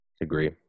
Agree